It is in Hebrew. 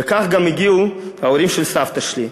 וכך גם הגיעו ההורים של סבתא שלי.